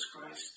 Christ